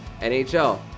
nhl